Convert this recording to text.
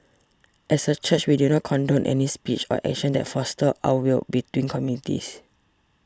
as a church we do not condone any speech or actions that foster ill will between communities